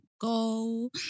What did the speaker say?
go